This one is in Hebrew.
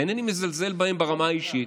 ואינני מזלזל בהם ברמה האישית,